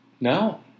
No